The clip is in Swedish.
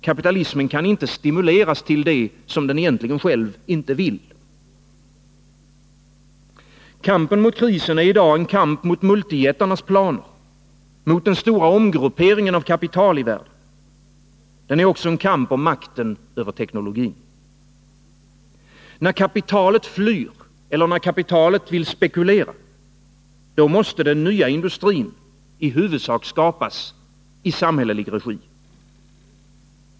Kapitalismen kan inte stimuleras till det som den egentligen själv inte vill. Kampen mot krisen är i dag en kamp mot multijättarnas planer, mot den stora omgrupperingen av kapital i världen. Det är också en kamp om makten över teknologin. När kapitalet flyr eller när kapitalet vill spekulera — då måste den nya industrin i huvudsak skapas i samhällelig regi.